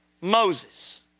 Moses